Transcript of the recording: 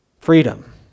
Freedom